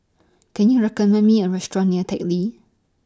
Can YOU recommend Me A Restaurant near Teck Lee